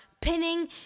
pinning